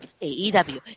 AEW